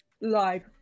live